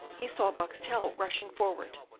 he saw boxtel rushing forward.